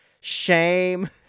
shame